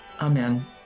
Amen